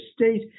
State